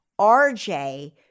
RJ